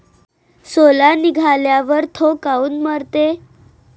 सोला निघाल्यावर थो काऊन मरते?